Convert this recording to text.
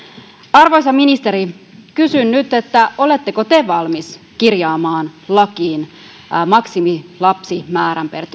arvoisa ministeri kysyn nyt oletteko te valmis kirjaamaan lakiin maksimilapsimäärän per